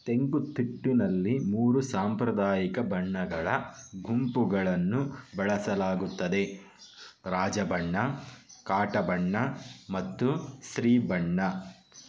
ತೆಂಕುತಿಟ್ಟಿನಲ್ಲಿ ಮೂರು ಸಾಂಪ್ರದಾಯಿಕ ಬಣ್ಣಗಳ ಗುಂಪುಗಳನ್ನು ಬಳಸಲಾಗುತ್ತದೆ ರಾಜಬಣ್ಣ ಕಾಟಬಣ್ಣ ಮತ್ತು ಸ್ತ್ರೀಬಣ್ಣ